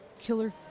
killer